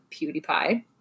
PewDiePie